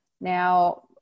Now